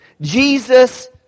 Jesus